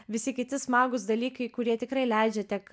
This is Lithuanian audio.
visi kiti smagūs dalykai kurie tikrai leidžia tiek